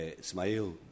smile